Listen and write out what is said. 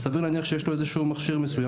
סביר להניח שיש לו איזשהו מכשיר מסוים